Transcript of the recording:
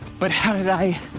but how did i?